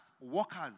workers